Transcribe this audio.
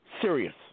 serious